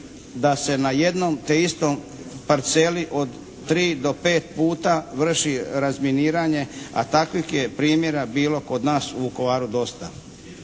da se na jednoj te istoj parceli od 3 do 5 puta vrši razminiranje, a takvih je primjera bilo kod nas u Vukovaru dosta.